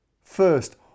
First